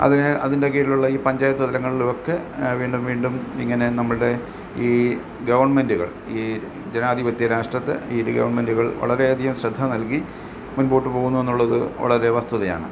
അതിനെ അതിൻ്റെ കീഴിലുള്ള ഈ പഞ്ചായത്ത് തലങ്ങളിലുമൊക്കെ വീണ്ടും വീണ്ടും ഇങ്ങനെ നമ്മുടെ ഈ ഗവൺമെൻ്റുകൾ ഈ ജനാധിപത്യ രാഷ്ട്രത്തെ ഈ ഗവൺമെൻ്റുകൾ വളരേ അധികം ശ്രദ്ധ നൽകി മുൻപോട്ട് പോകുന്നൂന്നു എന്നുള്ളത് വളരെ വസ്തുതയാണ്